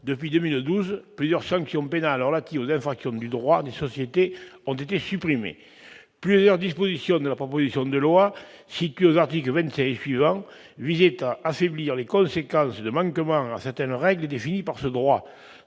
depuis 2012, plusieurs sanctions pénales relatives aux infractions au droit des sociétés ont été supprimées. Plusieurs dispositions de la proposition de loi, figurant aux articles 25 et suivants, visaient à affaiblir les conséquences de manquements à certaines règles définies par ce droit.